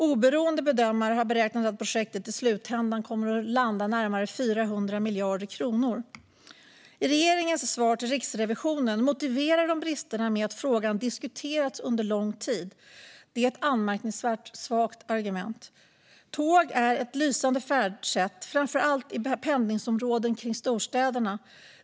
Oberoende bedömare har beräknat att projektet i slutänden kommer att landa på närmare 400 miljarder kronor. I regeringens svar till Riksrevisionen motiverar man bristerna med att frågan diskuterats under lång tid. Det är ett anmärkningsvärt svagt argument. Tåg är ett lysande färdsätt, framför allt i pendlingsområden kring storstäderna.